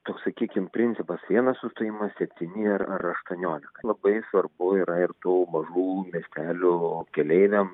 toks sakykim principas vienas sustojimas septyni ar ar aštuoniuolika labai svarbu yra ir tų mažų miestelių keleiviam